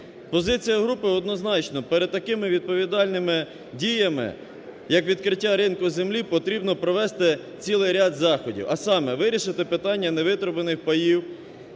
Позиція групи однозначна, перед такими відповідальними діями як відкриття ринку землі потрібно провести цілий ряд заходів, а саме: вирішити питання невитребуваних паїв,